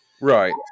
right